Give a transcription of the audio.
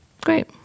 Great